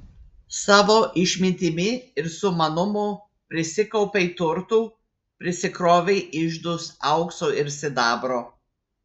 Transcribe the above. savo išmintimi ir sumanumu prisikaupei turtų prisikrovei iždus aukso ir sidabro